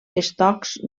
estocs